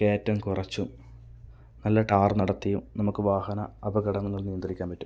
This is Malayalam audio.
കയറ്റം കുറച്ചും നല്ല ടാർ നടത്തിയും നമുക്ക് വാഹന അപകടങ്ങൾ നിയന്ത്രിക്കാൻ പറ്റും